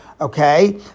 Okay